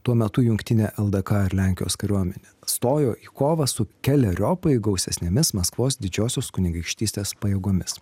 tuo metu jungtinė ldk ir lenkijos kariuomenė stojo į kovą su keleriopai gausesnėmis maskvos didžiosios kunigaikštystės pajėgomis